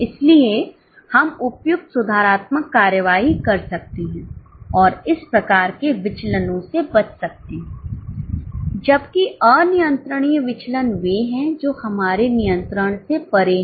इसलिए हम उपयुक्त सुधारात्मक कार्रवाई कर सकते हैं और इस प्रकार के विचलनों से बच सकते हैं जबकि अनियंत्रणीय विचलन वे हैं जो हमारे नियंत्रण से परे हैं